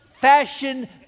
fashion